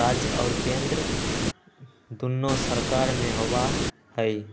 राज्य और केंद्र दुन्नो सरकार में होबा हई